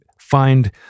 find